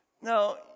Now